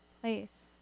place